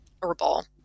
herbal